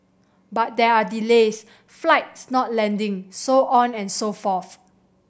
but there are delays flights not landing so on and so forth